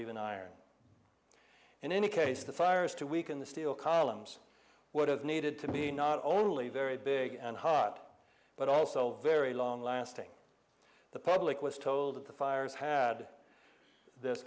even iron in any case the fires to weaken the steel columns would have needed to be not only very big and hot but also very long lasting the public was told that the fires had this